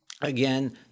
Again